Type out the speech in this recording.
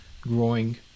growing